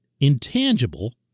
intangible